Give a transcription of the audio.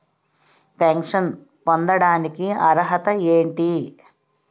Pension పొందడానికి అర్హత ఏంటి?